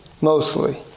mostly